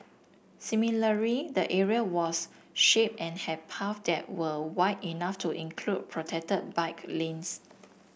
similarly the area was shaded and had path that were wide enough to include protected bike lanes